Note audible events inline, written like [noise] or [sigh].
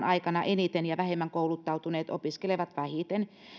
[unintelligible] aikana eniten ja vähemmän kouluttautuneet opiskelevat vähiten